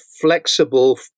flexible